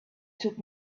took